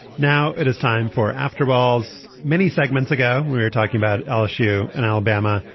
now it is time for after balls many segments ago we were talking about lsu and alabama.